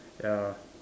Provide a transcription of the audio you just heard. ya